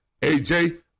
AJ